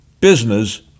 Business